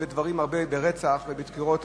הרבה יותר בדברים כמו רצח ודקירות,